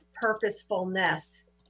purposefulness